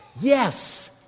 Yes